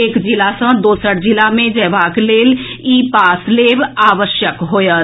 एक जिला सँ दोसर जिला मे जएबाक लेल ई पास लेब आवश्यक होएत